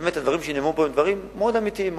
באמת הדברים שנאמרו פה הם מאוד אמיתיים,